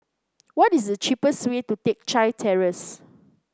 what is the cheapest way to Teck Chye Terrace